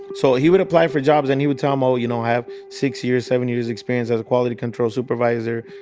so he would apply for jobs and he would tell um them, you know have six years, seven years experience as a quality control supervisor.